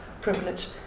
privilege